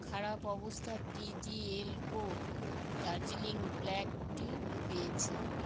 খারাপ অবস্থার TGL Co Darjeeling black tea পেয়েছি